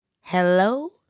Hello